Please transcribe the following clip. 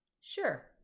Sure